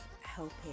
helping